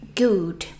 good